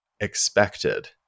expected